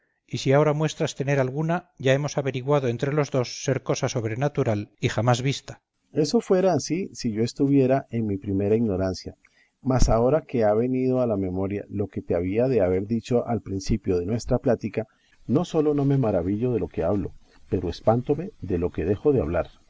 y si ahora muestras tener alguna ya hemos averiguado entre los dos ser cosa sobrenatural y jamás vista berganza eso fuera ansí si yo estuviera en mi primera ignorancia mas ahora que me ha venido a la memoria lo que te había de haber dicho al principio de nuestra plática no sólo no me maravillo de lo que hablo pero espántome de lo que dejo de hablar